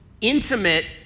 intimate